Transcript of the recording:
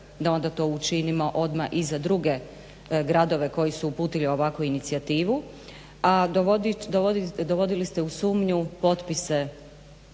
da onda to učinimo i za druge gradove koji su uputili ovakvu inicijativu. A dovodili ste u sumnju potpise